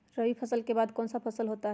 रवि फसल के बाद कौन सा फसल होता है?